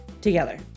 together